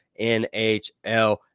NHL